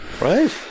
Right